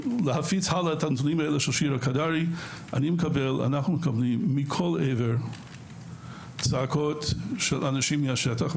להפיץ את הנתונים הללו אנחנו מקבלים מכל עבר צעקות של אנשים מן השטח.